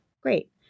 Great